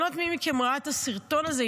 אני לא יודעת מי מכם ראה את הסרטון הזה,